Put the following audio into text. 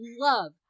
love